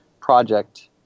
project